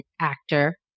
actor